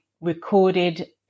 recorded